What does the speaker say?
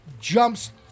jumps